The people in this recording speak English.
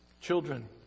Children